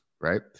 right